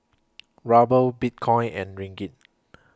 Ruble Bitcoin and Ringgit